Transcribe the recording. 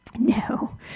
no